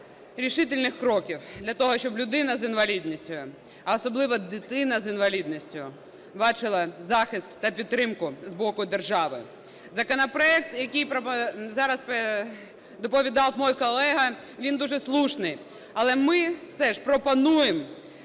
решительных кроків для того, щоб людина з інвалідністю, а особливо дитина з інвалідністю відчула захист та підтримку з боку держави. Законопроект, який зараз доповідав мій колега, він дуже слушний, але ми все ж пропонуємо